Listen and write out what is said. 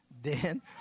Dan